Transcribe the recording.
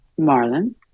Marlon